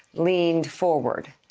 leaned forward.